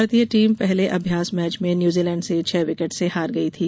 भारतीय टीम पहले अभ्यास मैच में न्यूजीलैंड से छह विकेट से हार गई थी